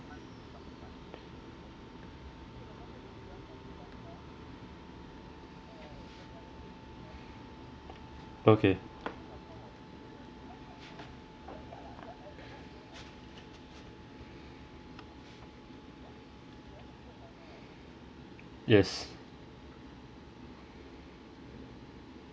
okay yes